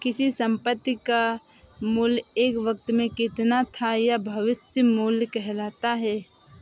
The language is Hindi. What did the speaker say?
किसी संपत्ति का मूल्य एक वक़्त में कितना था यह भविष्य मूल्य कहलाता है